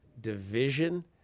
division